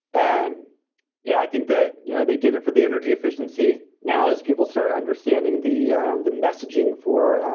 um yeah i think that you know they did it for the energy efficiency, now as people start understanding the the messaging for